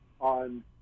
on